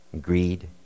greed